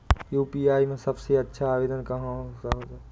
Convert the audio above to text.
UPI में सबसे अच्छा आवेदन कौन सा होता है?